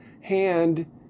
hand